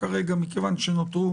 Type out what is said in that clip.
כרגע, מכיוון שנותרו